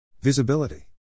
Visibility